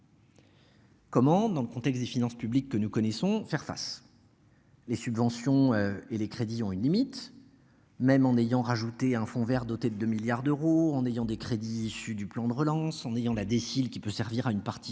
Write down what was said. Comment, dans le contexte des finances publiques que nous connaissons faire face. Les subventions et les crédits ont une limite. Même en ayant rajouté un fonds Vert doté de 2 milliards d'euros en ayant des crédits issus du plan de relance en ayant la déciles qui peut servir à une partie tout ça des